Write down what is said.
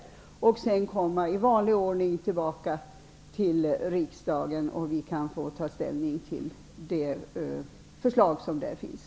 Utredningsresultatet kommer i vanlig ordning tillbaka till riksdagen, och vi kan då ta ställning till de förslag som framförs.